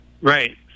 Right